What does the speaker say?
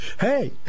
Hey